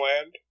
land